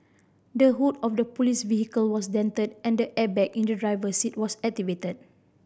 the hood of the police vehicle was dented and the airbag in the driver's seat was activated